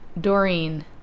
Doreen